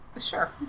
Sure